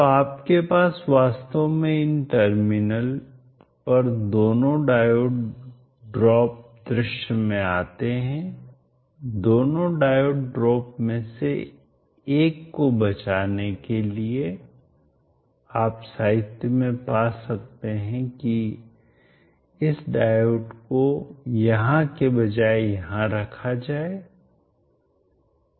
तो आपके पास वास्तव में इन टर्मिनल पर दोनों डायोड ड्रॉप्स दृश्य में आते हैं दोनों डायोड ड्रॉप में से एक को बचाने के लिए आप साहित्य में पा सकते हैं की इस डायोड को यहां के बजाय यहाँ रखा जाएगा